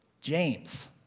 James